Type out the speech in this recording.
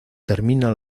termina